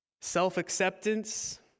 self-acceptance